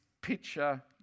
picture